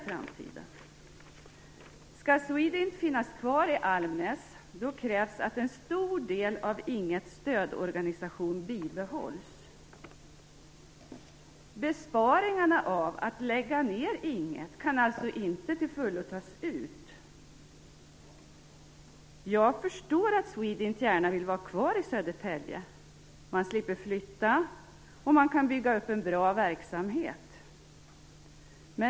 För att SWEDINT skall kunna finnas kvar i Almnäs krävs det att en stor del av stödorganisationen vid Ing 1 kan alltså inte till fullo tas ut. Jag förstår att SWEDINT gärna vill vara kvar i Södertälje. Man slipper ju flytta och man kan bygga upp en bra verksamhet.